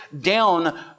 down